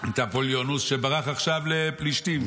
את אפוליונוס, שברח עכשיו לפלישתים.